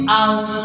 out